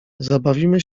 zabawimy